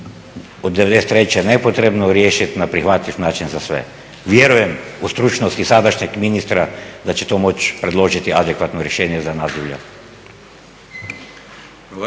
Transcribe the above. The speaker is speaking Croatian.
od '93. nepotrebno riješiti na prihvatljiv način za sve. Vjerujem u stručnost i sadašnjeg ministra da će to moći predložiti adekvatno rješenje za nazivlje.